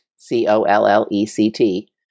C-O-L-L-E-C-T